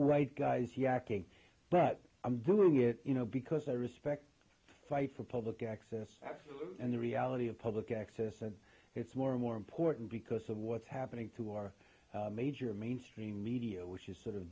right guys yacking but i'm doing it you know because i respect the fight for public access and the reality of public access and it's more and more important because of what's happening to our major mainstream media which is sort of